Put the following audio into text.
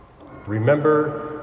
Remember